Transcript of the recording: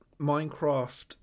minecraft